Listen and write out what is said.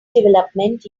development